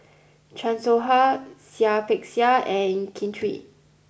Chan Soh Ha Seah Peck Seah and Kin Chui